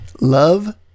Love